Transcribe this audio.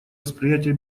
восприятия